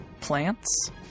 plants